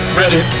ready